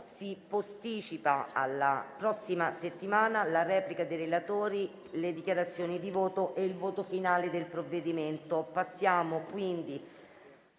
di posticipare alla prossima settimana la replica dei relatori, le dichiarazioni di voto e il voto finale del provvedimento.